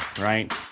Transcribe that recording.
right